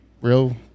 Real